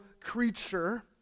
creature